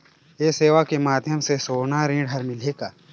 ये सेवा के माध्यम से सोना ऋण हर मिलही का?